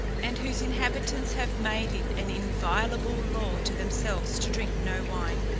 and whose inhabitants have made it an inviolable law to themselves to drink no wine,